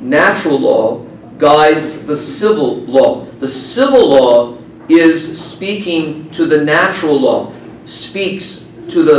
natural law guides the civil law the civil law is speaking to the natural law speaks to the